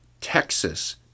Texas